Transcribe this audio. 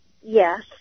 Yes